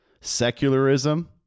secularism